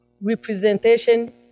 representation